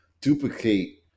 duplicate